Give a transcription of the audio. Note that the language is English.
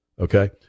okay